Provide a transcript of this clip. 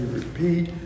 repeat